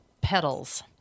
petals